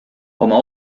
oma